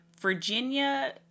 Virginia